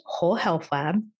wholehealthlab